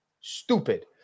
stupid